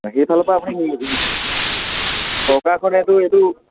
সেইফালৰ পৰা আপুনি চৰকাৰখনেটো এইটো